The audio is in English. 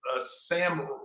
Sam